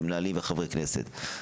ומנהלים וחברי כנסת.